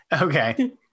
Okay